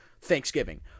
Thanksgiving